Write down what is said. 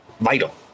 vital